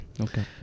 okay